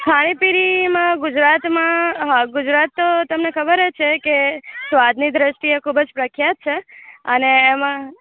ખાણી પીણીમાં ગુજરાતમાં હા ગુજરાત તો તમને ખબર જ છે કે સ્વાદની દૃષ્ટિએ ખૂબ જ પ્રખ્યાત છે અને એમાં